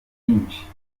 byinshi